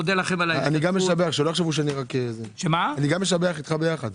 גם אני משבח איתך.